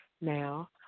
now